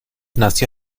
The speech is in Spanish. nació